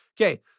Okay